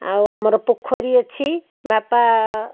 ଆଉ ଆମର ପୋଖରୀ ଅଛି ବାପା